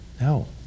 No